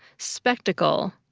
spectacle,